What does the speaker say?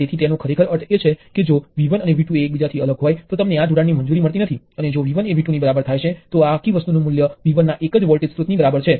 તેથી આ મુખ્ય સ્લોટ શ્રેણી સંયોજન કોઈપણ એલિમેન્ટ અને પ્રવાહ સ્રોત ની સમાન છે